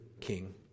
king